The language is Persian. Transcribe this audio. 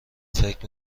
فکر